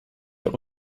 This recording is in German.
auch